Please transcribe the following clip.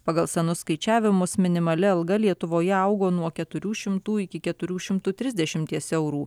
pagal senus skaičiavimus minimali alga lietuvoje augo nuo keturių šimtų iki keturių šimtų trisdešimties eurų